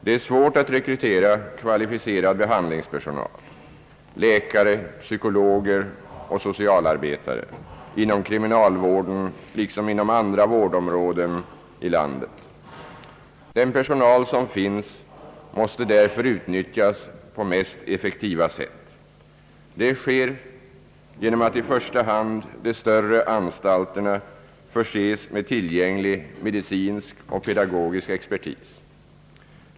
Det är svårt att rekrytera kvalificerad behandlingspersonal — läkare, psykologer och socialarbetare — inom kriminalvården liksom inom andra vårdområden i landet. Den personal som finns måste därför utnyttjas på mest effektiva sätt. Det sker genom att i första hand de större anstalterna förses med tillgänglig medicinsk och pedagogisk expertis.